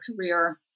career